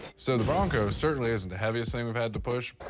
so the bronco certainly isn't the heaviest thing we've had to push,